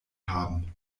haben